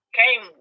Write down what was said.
came